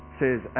says